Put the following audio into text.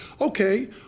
Okay